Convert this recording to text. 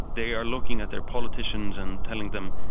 they are looking at their politicians and telling them,